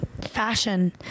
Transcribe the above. Fashion